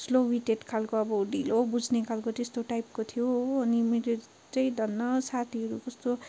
slow witted खालको अब ढिलो बुझ्ने खालको त्यस्तो टाइपको थियो हो अनि मेरो चाहिँ धन्न साथीहरू कस्तो